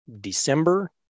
December